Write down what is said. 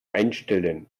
einstellen